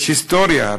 יש היסטוריה הרי.